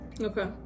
Okay